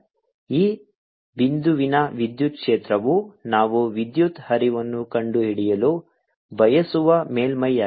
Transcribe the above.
ಈಗ E ಬಿಂದುವಿನ ವಿದ್ಯುತ್ ಕ್ಷೇತ್ರವು ನಾವು ವಿದ್ಯುತ್ ಹರಿವನ್ನು ಕಂಡುಹಿಡಿಯಲು ಬಯಸುವ ಮೇಲ್ಮೈಯಾಗಿದೆ